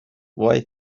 وای